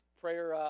prayer